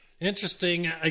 Interesting